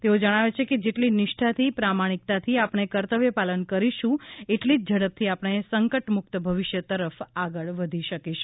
તેઓ જણાવે છે કે જેટલી નિષ્ઠાથી પ્રામાણીકતાથી આપણે કર્તવ્યપાલન કરીશું એટલી જ ઝડપથી આપણે સંકટમુક્ત ભવિષ્ય તરફ આગળ વધી શકીશું